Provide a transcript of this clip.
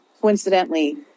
coincidentally